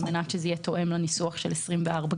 על מנת שזה יהיה תואם לניסוח של 24(ג),